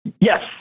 Yes